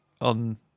on